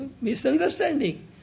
misunderstanding